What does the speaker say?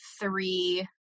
three